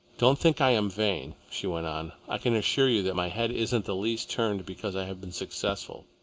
don't think i am vain, she went on. i can assure you that my head isn't the least turned because i have been successful.